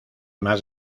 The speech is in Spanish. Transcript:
más